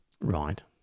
Right